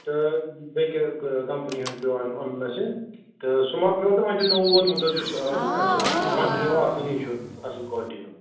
تہٕ بیٚیہِ کمپٔنی ہُنٛد پٮ۪و اَنُن اَسہِ تہٕ سُہ مۅکلٮ۪و تہٕ وۅنۍ چھُ نوٚو ووتمُت حظ یُس اَسہِ کَنٹنیو آسٲنی چھُ اَصٕل کالٹی ہُنٛد